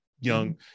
young